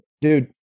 Dude